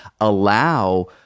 allow